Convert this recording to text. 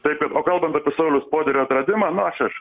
taip kad o kalbant apie sauliaus poderio atradimą na aš aš